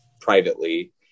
privately